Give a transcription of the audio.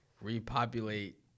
repopulate